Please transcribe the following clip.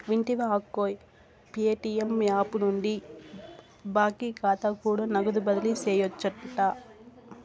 వింటివా అక్కో, Paytm app నుండి బాకీ కాతా కూడా నగదు బదిలీ సేయొచ్చంట